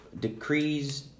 decrees